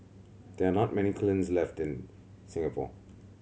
there are not many kilns left in Singapore